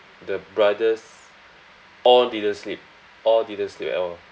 the brothers all didn't sleep all didn't sleep at all